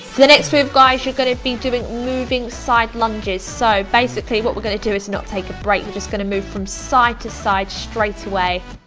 the next move guys, you're gonna be doing moving side lunges. so, basically what we're gonna do is not take a break. we're and just gonna move from side to side straight away.